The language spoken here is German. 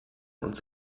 uns